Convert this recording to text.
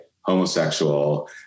homosexual